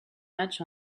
match